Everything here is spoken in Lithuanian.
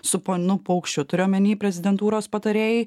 su ponu paukščiu turiu omeny prezidentūros patarėjai